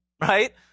Right